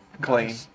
clean